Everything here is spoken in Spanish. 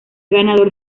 ganador